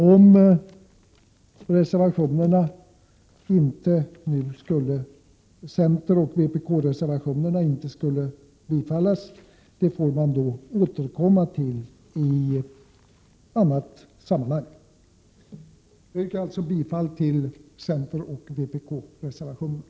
Om centeroch vpk-reservationerna inte skulle bifallas, får vi återkomma till dessa punkter i annat sammanhang. Jag yrkar bifall till centeroch vpk-reservationerna.